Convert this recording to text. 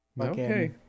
okay